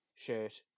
shirt